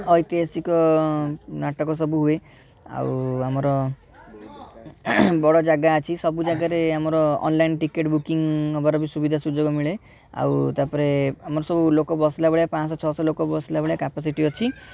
ଐତିହାସିକ ନାଟକ ସବୁ ହୁଏ ଆଉ ଆମର ବଡ଼ ଜାଗା ଅଛି ସବୁ ଜାଗାରେ ଆମର ଅନଲାଇନ୍ ଟିକେଟ୍ ବୁକିଙ୍ଗ ହେବାର ବି ସୁବିଧା ସୁଯୋଗ ମିଳେ ଆଉ ତା'ପରେ ଆମର ସବୁ ଲୋକ ବସିଲା ଭଳିଆ ପାଞ୍ଚଶହ ଛଅଶହ ଲୋକ ବସିଲା ଭଳିଆ କ୍ୟାପାସିଟି ଅଛି